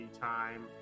time